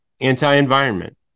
anti-environment